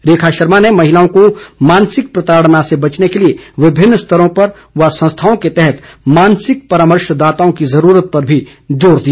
रेखा शर्मा ने महिलाओं को मानसिक प्रताड़ना से बचने के लिए विभिन्न स्तरों व संस्थाओं के तहत मानसिक परामर्शदाताओं की जरूरत पर भी जोर दिया